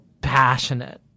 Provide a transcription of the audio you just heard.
passionate